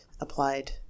applied